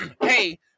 hey